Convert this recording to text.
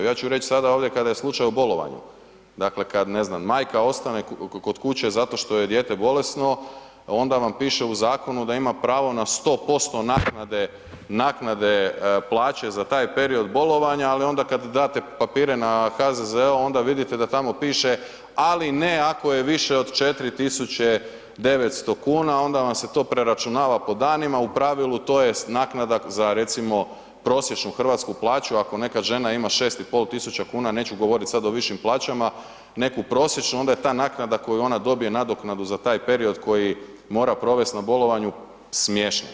Ja ću reći sada ovdje kada je slučaj o bolovanju, dakle kad, ne znam, majka ostane kod kuće zato što joj je dijete bolesno, onda vam piše u zakonu da ima pravo na 100% naknade plaće za taj period bolovanja, ali onda kad date papire na HZZO, onda vidite da tamo piše ali ne ako je više od 4 900 kn, onda vam se to preračunava po danima, u pravilu, tj. naknada za recimo prosječnu hrvatsku plaću, ako neka žena ima 6500 kn, neću govoriti sad o višim plaćama, neku prosječnu, onda je ta naknada koju ona dobije nadoknadu za taj period koji mora provesti na bolovanju smiješna.